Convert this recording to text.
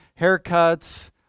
Haircuts